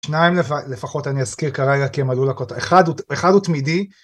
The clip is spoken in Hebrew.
שניים לפחות אני אזכיר כרגע, כי הם עלו לכותר... אחד, אחד הוא תמידי.